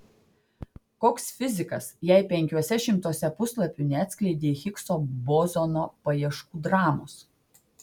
koks fizikas jei penkiuose šimtuose puslapių neatskleidei higso bozono paieškų dramos